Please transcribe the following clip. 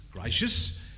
gracious